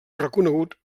reconegut